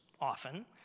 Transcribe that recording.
often